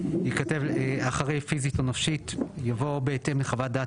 יבוא 'לאחר הודעת יושב ראש הכנסת ייערך במליאת הכנסת